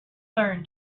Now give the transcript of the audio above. learn